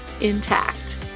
intact